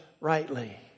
rightly